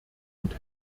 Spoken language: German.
und